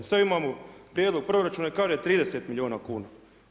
Sada imamo prijedlog proračuna i kaže 30 milijuna kuna.